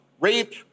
rape